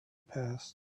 passed